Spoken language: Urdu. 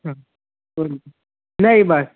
ہاں نہیں بس